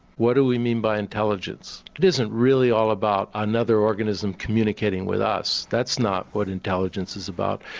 what do we mean by intelligence? it isn't really all about another organism communicating with us, that's not what intelligence is about.